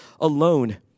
alone